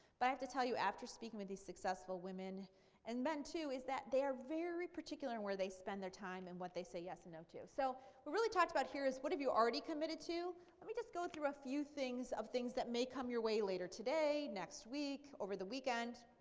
but i have to tell you after speaking with these successful women and men, too, is that they are very particular in where they spend their time and what they say yes and no to. so what we've really talked about here is what have you already committed to. let me just go through a few things of things that may come your way later today, next week, over the weekend.